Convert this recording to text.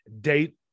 date